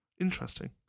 Interesting